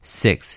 six